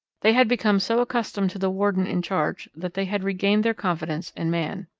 they had become so accustomed to the warden in charge that they had regained their confidence in man.